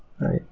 right